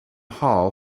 hall